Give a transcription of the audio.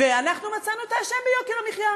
ואנחנו מצאנו את האשם ביוקר המחיה,